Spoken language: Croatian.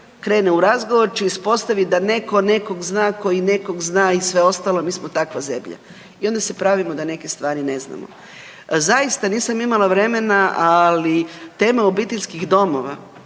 krene u razgovor će ispostavit da neko nekog zna koji nekog zna i sve ostalo, mi smo takva zemlja i onda se pravimo da neke stvari ne znamo. Zaista, nisam imala vremena ali tema obiteljskih domova